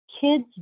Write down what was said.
kids